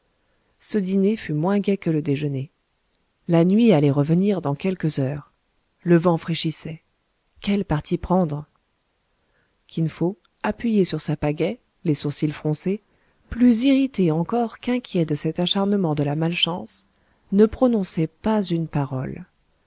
ce dîner fut moins gai que le déjeuner la nuit allait revenir dans quelques heures le vent fraîchissait quel parti prendre kin fo appuyé sur sa pagaie les sourcils froncés plus irrité encore qu'inquiet de cet acharnement de la malchance ne prononçait pas une parole